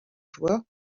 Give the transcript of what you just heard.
joueurs